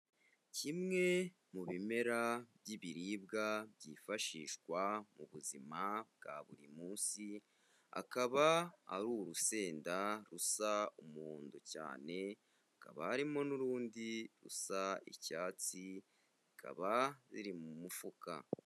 Kimwe mu bimera by'ibiribwa byifashishwa mu buzima bwa buri munsi, akaba ari urusenda rusa umuhondo cyane, hakaba harimo n'urundi rusa icyatsi, zikaba ziri mu mufuka.